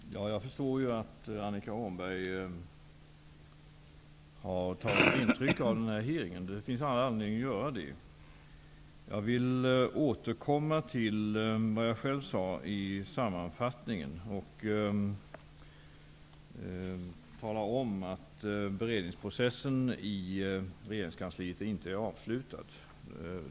Fru talman! Jag förstår att Annika Åhnberg har tagit intryck av utfrågningen. Det finns all anledning att göra det. Jag vill återkomma till vad jag själv vid utfrågningen sade i sammanfattningen. Beredningsprocessen i regeringskansliet är inte avslutad.